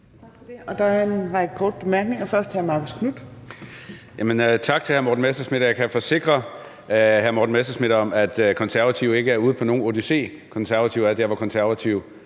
forsikre hr. Morten Messerschmidt om, at Konservative ikke er ude på nogen odyssé. Konservative er der, hvor Konservative